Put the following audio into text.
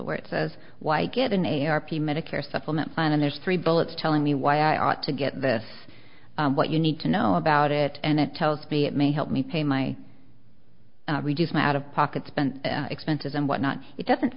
where it says why get an a a r p medicare supplement plan and there's three bullets telling me why i ought to get this what you need to know about it and it tells me it may help me pay my reduce my out of pocket spent expenses and what not it doesn't